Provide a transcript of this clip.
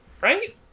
Right